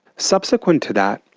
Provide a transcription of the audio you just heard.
subsequent to that,